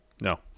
No